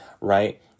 right